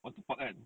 water park kan